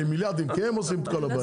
כי הם עושים את כל הבעיות.